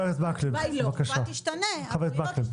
נראה לי שהתשובה לא תשתנה בעשר הדקות האחרונות.